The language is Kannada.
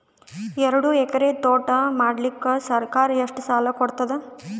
ಎರಡು ಎಕರಿ ತೋಟ ಮಾಡಲಿಕ್ಕ ಸರ್ಕಾರ ಎಷ್ಟ ಸಾಲ ಕೊಡತದ?